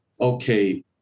okay